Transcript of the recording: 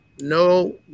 no